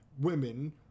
women